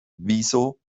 wieso